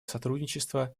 сотрудничество